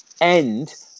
end